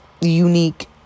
unique